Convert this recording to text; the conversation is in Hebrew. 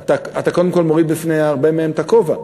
אתה קודם כול מוריד בפני הרבה מהם את הכובע.